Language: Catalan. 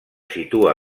situa